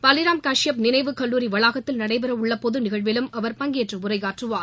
பலிராம் காஷ்யப் நினைவுக் கல்லூரி வளாகத்தில் நடைபெறவுள்ள பொது நிகழ்விலும் அவர் பங்கேற்று உரையாற்றுவார்